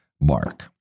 Mark